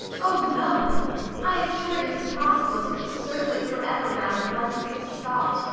oh, no i am sure it is impossible to keep circling for ever round one fixed thought.